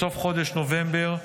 בסוף חודש נובמבר,